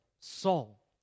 Saul